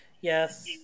Yes